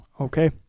Okay